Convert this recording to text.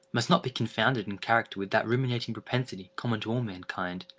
must not be confounded in character with that ruminating propensity common to all mankind,